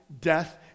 death